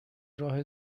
راه